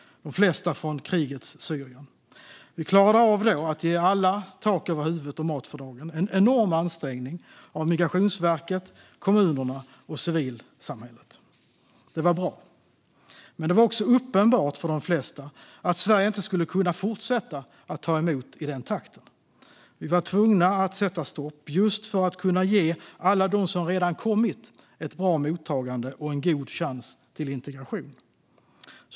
De flesta kom från krigets Syrien. Vi klarade då av att ge alla tak över huvudet och mat för dagen genom en enorm ansträngning av Migrationsverket, kommunerna och civilsamhället. Det var bra. Men det var också uppenbart för de flesta att Sverige inte skulle kunna fortsätta att ta emot i den takten. Vi var tvungna att sätta stopp för att kunna ge alla dem som redan kommit ett bra mottagande och en god chans till integration.